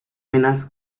minas